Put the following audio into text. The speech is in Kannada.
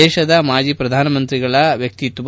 ದೇಶದ ಮಾಜಿ ಪ್ರಧಾನಮಂತ್ರಿಗಳ ವ್ಯಕ್ತಿತ್ವ